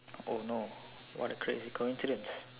oh no what a crazy coincidence